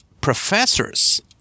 professors